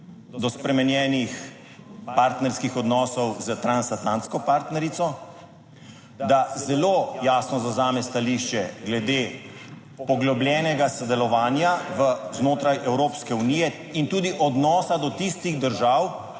do spremenjenih partnerskih odnosov s transatlantsko partnerico, da zelo jasno zavzame stališče glede poglobljenega sodelovanja znotraj Evropske unije in tudi odnosa do tistih držav,